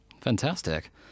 Fantastic